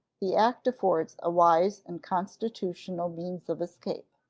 the act affords a wise and constitutional means of escape.